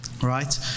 Right